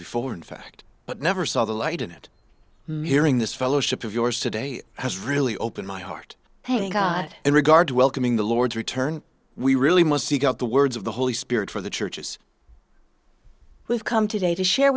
before in fact but never saw the light and it hearing this fellowship of yours today has really opened my heart paying god in regard welcoming the lord's return we really must seek out the words of the holy spirit for the churches who have come today to share